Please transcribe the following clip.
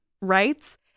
rights